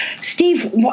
Steve